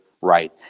right